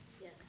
Yes